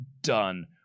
done